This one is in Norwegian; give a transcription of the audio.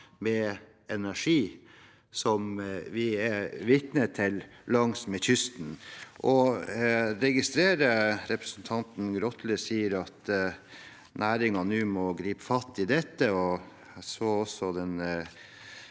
med energi, som vi er vitne til langs kysten. Jeg registrerer at representanten Grotle sier at næringen nå må gripe fatt i dette, og jeg så også at